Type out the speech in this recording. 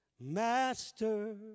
Master